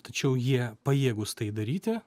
tačiau jie pajėgūs tai daryti